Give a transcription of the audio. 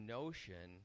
notion